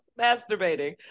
masturbating